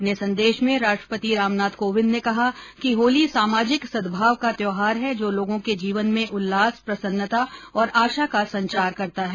अपने संदेश में राष्ट्रपति रामनाथ कोविंद ने कहा कि होली सामाजिक सद्भाव का त्योहार है जो लोगों के जीवन में उल्लास प्रसन्नता और आशा का संचार करता है